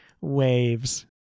Waves